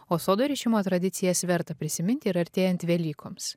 o sodo rišimo tradicijas verta prisiminti ir artėjant velykoms